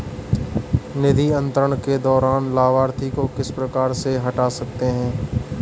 निधि अंतरण के दौरान लाभार्थी को किस प्रकार से हटा सकते हैं?